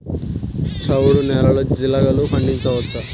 చవుడు నేలలో జీలగలు పండించవచ్చా?